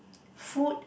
food